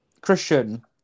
Christian